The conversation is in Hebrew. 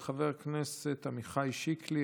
של חבר הכנסת עמיחי שיקלי,